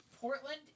Portland